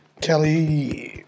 Kelly